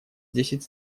десять